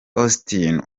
augustin